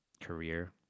career